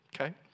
okay